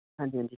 ਹਾਂਜੀ ਹਾਂਜੀ